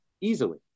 Easily